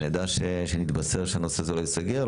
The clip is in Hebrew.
שנדע שנתבשר שהנושא הזה לא ייסגר,